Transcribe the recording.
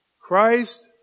Christ